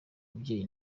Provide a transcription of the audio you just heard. ababyeyi